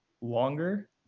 longer